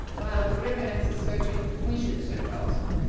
while the gryphoness is searching, we should search also.